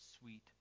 sweet